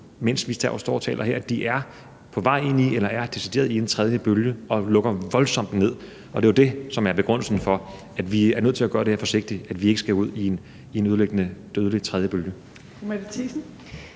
mens vi står og taler her, melder ud, at de er på vej ind i eller decideret er i en tredje bølge, og som lukker voldsomt ned. Det er jo det, som er begrundelsen for, at vi er nødt til at gøre det her forsigtigt, så vi ikke skal ud i en ødelæggende og dødelig tredje bølge.